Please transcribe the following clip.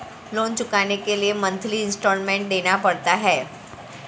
loan चुकाने के लिए मंथली इन्सटॉलमेंट देना पड़ता है